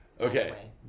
okay